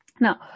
Now